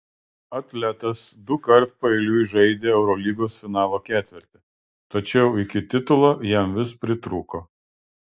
atletas dukart paeiliui žaidė eurolygos finalo ketverte tačiau iki titulo jam vis pritrūko